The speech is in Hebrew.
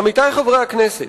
עמיתי חברי הכנסת,